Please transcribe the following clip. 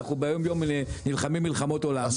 אנחנו ביום יום נלחמים מלחמות עולם.